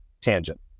tangent